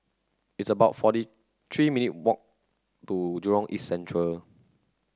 it's about forty three minutes' walk to Jurong East Central